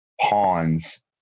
pawns